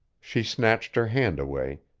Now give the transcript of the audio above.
she snatched her hand away,